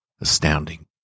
Astounding